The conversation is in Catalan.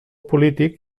polític